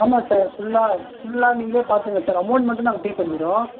ஆமாம் சார் ஃபுல்லாக ஃபுல்லாக நீங்களே பார்த்துக்கோங்க சார் அமௌண்ட் மட்டும் நாங்கள் பே பண்ணிடுறோம்